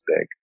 big